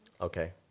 Okay